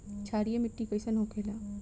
क्षारीय मिट्टी कइसन होखेला?